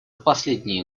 последние